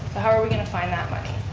how are we going to find that money?